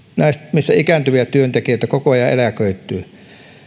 missä ikääntyviä työntekijöitä koko ajan eläköityy